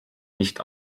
nicht